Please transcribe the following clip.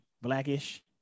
blackish